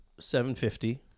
$750